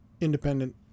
independent